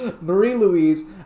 Marie-Louise